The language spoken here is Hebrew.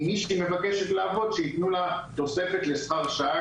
אם משהיא מבקשת לעבוד שיתנו לה תוספת לשכר שעה,